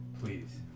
please